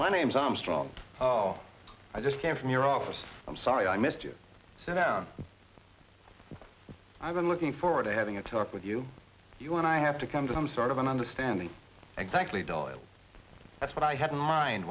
the names armstrong well i just came from your office i'm sorry i missed you so that i've been looking forward to having a talk with you you and i have to come to some sort of an understanding exactly dull that's what i had in mind